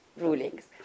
rulings